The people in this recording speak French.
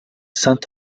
saint